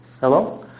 Hello